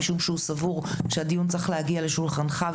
משום שהוא סבור שהדיון צריך להגיע לשולחנך,